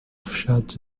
fechados